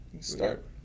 Start